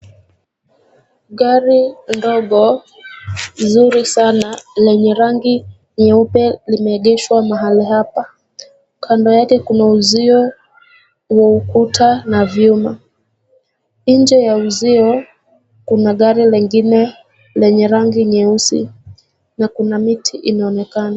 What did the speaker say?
Gari ndogo nzuri sana lenye rangi nyeupe limeegeshwa mahali hapa. Kando yake kuna uzuio wa ukuta na vyuma, nje ya uzuio kuna gari lingine lenye rangi nyeusi na kuna miti inaonekana.